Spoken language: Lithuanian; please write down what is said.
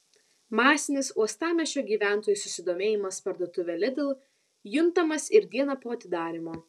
masinis uostamiesčio gyventojų susidomėjimas parduotuve lidl juntamas ir dieną po atidarymo